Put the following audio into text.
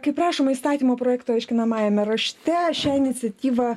kaip rašoma įstatymo projekto aiškinamajame rašte šią iniciatyvą